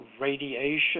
radiation